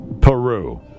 Peru